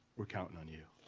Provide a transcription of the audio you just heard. we're counting on you.